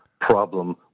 problem